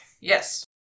Yes